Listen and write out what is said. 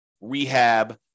rehab